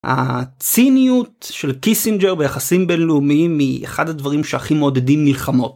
הציניות של קיסינג'ר ביחסים בינלאומיים היא אחד הדברים שהכי מעודדים מלחמות.